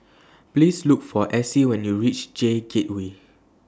Please Look For Essie when YOU REACH J Gateway